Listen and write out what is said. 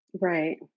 Right